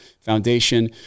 foundation